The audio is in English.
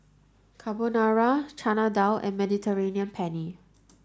Carbonara Chana Dal and Mediterranean Penne